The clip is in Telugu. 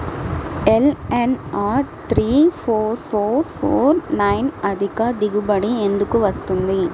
LNR three four four four nine అధిక దిగుబడి ఎందుకు వస్తుంది?